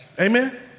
Amen